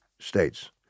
states